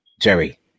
Jerry